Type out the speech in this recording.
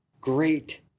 great